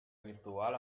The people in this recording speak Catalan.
virtual